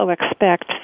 expect